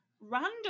random